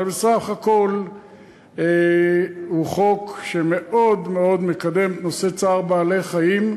אבל בסך הכול הוא חוק שמאוד מקדם את נושא צער בעלי-חיים,